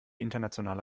internationale